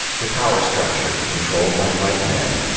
the power structure, controlled by white men,